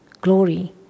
glory